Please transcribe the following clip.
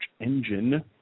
engine